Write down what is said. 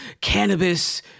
cannabis